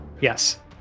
Yes